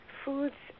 foods